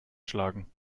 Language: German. schlagen